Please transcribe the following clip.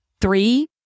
three